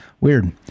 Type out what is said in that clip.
Weird